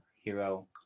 hero